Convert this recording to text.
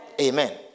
Amen